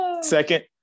Second